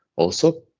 also,